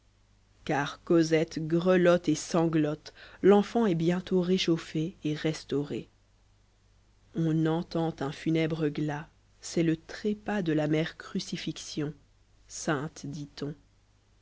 car cosette grelotte etsanglotte l'enfant est bientôt réchauffée et restaurée on entend un funèbre glas c'est le trépas de la mère crucifixion sainte dit-on